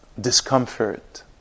discomfort